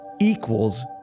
equals